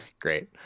Great